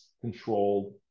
controlled